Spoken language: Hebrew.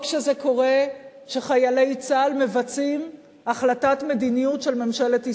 או כשזה קורה כשחיילי צה"ל מבצעים החלטת מדיניות של ממשלת ישראל.